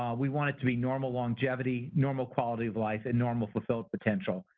um we want it to be normal longevity, normal quality of life and normal, fulfilled potential.